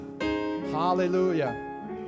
Hallelujah